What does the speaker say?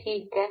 ठीक आहे